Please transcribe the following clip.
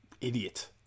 Idiot